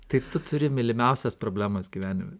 tai tu turi mylimiausias problemas gyvenime